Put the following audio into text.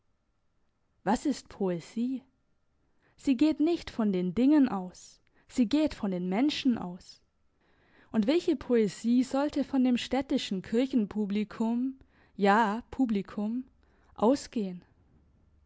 was ist poesie sie geht nicht von den dingen aus sie geht von den menschen aus und welche poesie sollte von dem städtischen kirchenpublikum ja publikum ausgehen